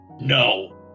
no